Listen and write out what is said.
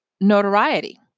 notoriety